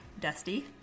Dusty